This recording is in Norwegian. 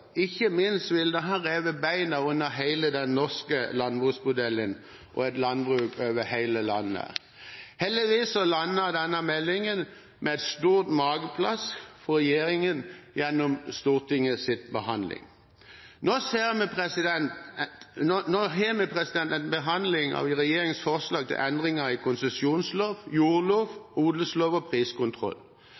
ikke minst ville det ha revet beina under hele den norske landbruksmodellen og et landbruk over hele landet. Heldigvis landet denne meldingen med et stort mageplask for regjeringen gjennom Stortingets behandling. Nå har vi en behandling av regjeringens forslag til endringer i konsesjonslov, jordlov, odelslov og priskontroll.